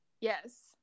yes